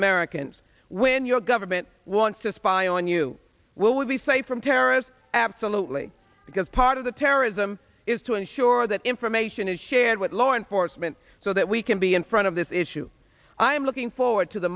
americans when your government wants to spy on you will we be safe from terrorists absolutely because part of the terrorism is to ensure that information is shared with law enforcement so that we can be in front of this issue i am looking forward to the